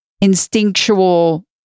instinctual